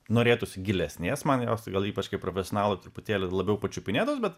norėtųsi gilesnės man jos tai gal ypač kaip profesionalo truputėlį labiau pačiupinėtos bet